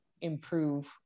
improve